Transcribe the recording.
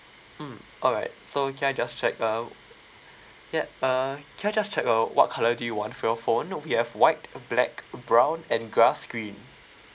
mm alright so can I just check uh ya uh can I just check uh what colour do you want for your phone we have white black brown and grass green